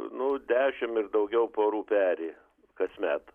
nu dešim ir daugiau porų peri kasmet